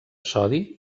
sodi